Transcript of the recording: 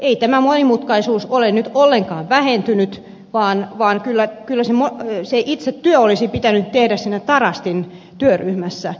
ei tämä monimutkaisuus ole nyt ollenkaan vähentynyt vaan kyllä se itse työ olisi pitänyt tehdä siinä tarastin työryhmässä